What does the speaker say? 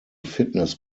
fitness